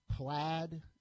Plaid